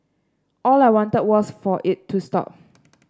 all I wanted was for it to stop